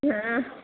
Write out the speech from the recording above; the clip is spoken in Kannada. ಹಾಂ